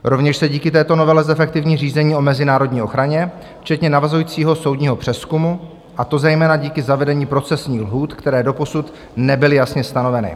Rovněž se díky této novele zefektivní řízení o mezinárodní ochraně včetně navazujícího soudního přezkumu, a to zejména díky zavedení procesních lhůt, které doposud nebyly jasně stanoveny.